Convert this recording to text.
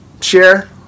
share